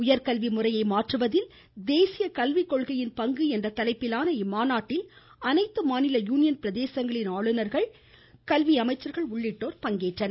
உயர்கல்வி முறையை மாற்றுவதில் தேசிய கல்விக் கொள்கையின் பங்கு என்ற தலைப்பிலான இம்மாநாட்டில் அனைத்து மாநில யூனியன் பிரதேசங்களின் ஆளுநர்கள் கல்வி அமைச்சர்கள் உள்ளிட்டோர் பங்கேற்றனர்